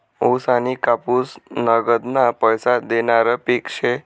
ऊस आनी कापूस नगदना पैसा देनारं पिक शे